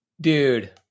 dude